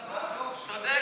נכון, זה הסוף, צודק.